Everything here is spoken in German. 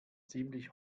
ziemlich